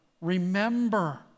remember